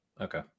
Okay